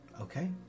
Okay